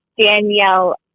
Danielle